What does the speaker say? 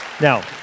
Now